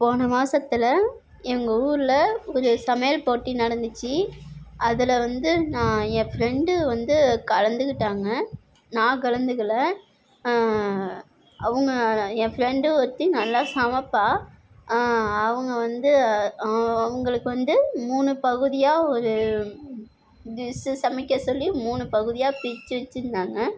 போன மாதத்துல எங்கள் ஊரில் ஒரு சமையல் போட்டி நடந்துச்சு அதில் வந்து நான் என் ஃபிரெண்டு வந்து கலந்துக்கிட்டாங்க நான் கலந்துக்கல அவங்க என் ஃபிரெண்டு ஒருத்தி நல்லா சமைப்பா அவங்க வந்து அவங்களுக்கு வந்து மூணு பகுதியாக ஒரு டிஷ்ஷு சமைக்கச் சொல்லி மூணு பகுதியாக பிரித்து வச்சுருந்தாங்க